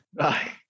Right